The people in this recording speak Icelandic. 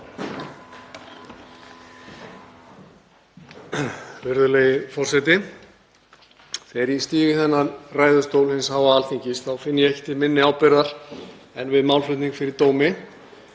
Virðulegi forseti. Þegar ég stíg í þennan ræðustól hins háa Alþingis þá finn ég ekki til minni ábyrgðar en við málflutning fyrir dómi.